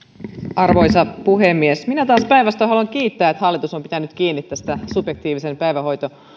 arvoisa puhemies minä taas päinvastoin haluan kiittää että hallitus on pitänyt kiinni tästä subjektiivisen päivähoito